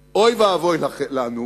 לנו,